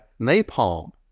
napalm